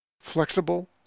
Flexible